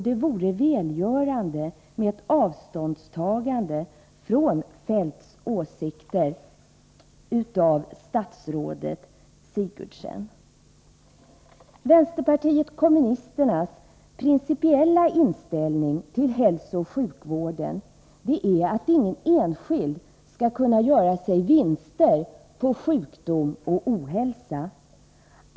Det vore välgörande om statsrådet Sigurdsen ville ta avstånd från Kjell-Olof Feldts åsikter. Vänsterpartiet kommunisternas principiella inställning till hälsooch sjukvården är att ingen enskild skall kunna göra sig vinster på sjukdom och ohälsa.